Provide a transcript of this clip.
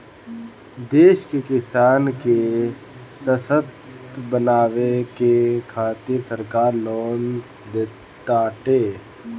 देश के किसान के ससक्त बनावे के खातिरा सरकार लोन देताटे